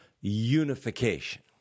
unification